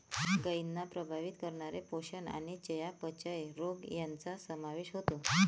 गायींना प्रभावित करणारे पोषण आणि चयापचय रोग यांचा समावेश होतो